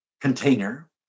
container